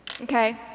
okay